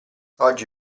oggi